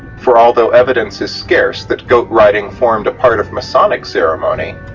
for although evidence is scarce that goat riding formed a part of masonic ceremony,